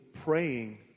praying